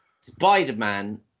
Spider-Man